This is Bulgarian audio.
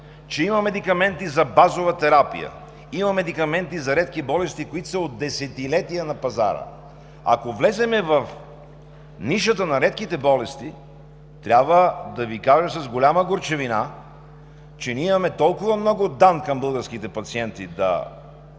че има медикаменти за базова терапия, има медикаменти за редки болести, които са от десетилетия на пазара. Ако влезем в нишата на редките болести трябва да Ви кажа с голяма горчивина, че ние имаме да качваме толкова много дан към българските пациенти,